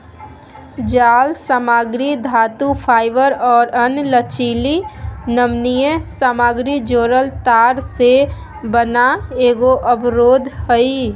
जालसामग्री धातुफाइबर और अन्य लचीली नमनीय सामग्री जोड़ल तार से बना एगो अवरोध हइ